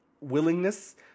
willingness